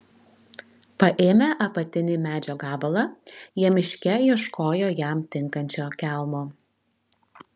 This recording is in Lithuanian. paėmę apatinį medžio gabalą jie miške ieškojo jam tinkančio kelmo